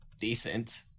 decent